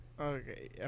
okay